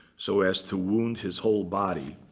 so as to wound his whole body.